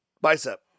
bicep